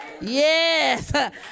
Yes